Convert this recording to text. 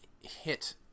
hit